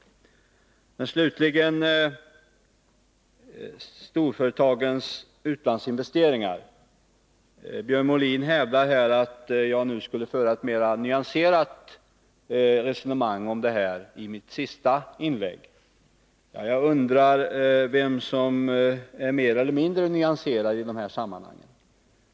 Slutligen ytterligare några ord om storföretagens utlandsinvesteringar. Björn Molin hävdar att jag i mitt senaste inlägg skulle föra ett mera nyanserat resonemang än tidigare. Ja, jag undrar vem som är mer eller mindre nyanserad i de här sammanhangen.